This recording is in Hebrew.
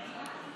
בבקשה.